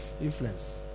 influence